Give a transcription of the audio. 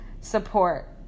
support